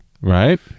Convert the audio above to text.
Right